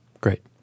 Great